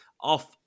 off